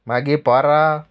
मागीर पर्रा